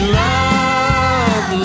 love